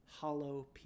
hollow